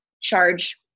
charge